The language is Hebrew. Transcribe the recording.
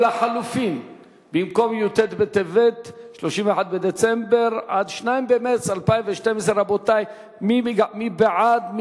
2. רבותי, מי בעד?